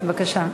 בבקשה.